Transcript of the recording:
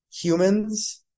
humans